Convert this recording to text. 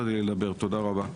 לדבר, תודה רבה.